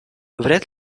вряд